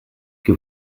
que